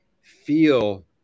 feel